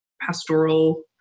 pastoral